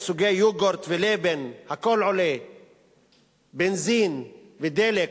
"קוטג'", אולי "דני"